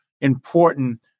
important